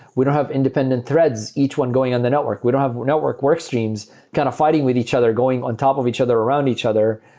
we don't have independent threads each one going on the network. we don't have network streams kind of fighting with each other going on top of each other or around each other.